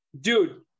Dude